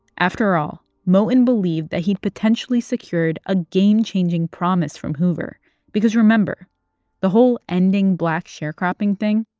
after all, moton believed that he'd potentially secured a game-changing promise from hoover because remember the whole ending black sharecropping thing.